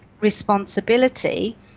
responsibility